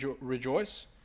rejoice